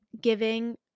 giving